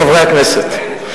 חברי הכנסת,